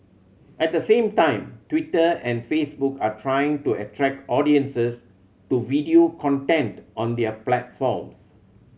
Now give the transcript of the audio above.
at the same time Twitter and Facebook are trying to attract audiences to video content on their platforms